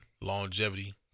longevity